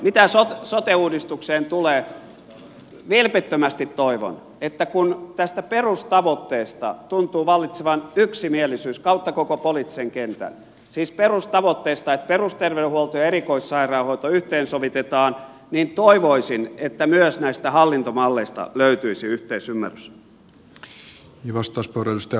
mitä sote uudistukseen tulee vilpittömästi toivon että kun tästä perustavoitteesta tuntuu vallitsevan yksimielisyys kautta koko poliittisen kentän siis perustavoitteista että perusterveydenhuolto ja erikoissairaanhoito yhteensovitetaan niin toivoisin että myös näistä hallintomalleista löytyisi yhteisymmärrys